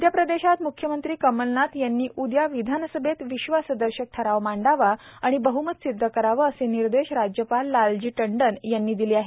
मध्य प्रदेशात मुख्यमंत्री कमलनाथ यांनी उदया विधानसभेत विश्वासदर्शक ठराव मांडावा आणि बहमत सिदध करावे असे निर्देश राज्यपाल लालजी टंडन यांनी दिले आहेत